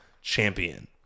Champion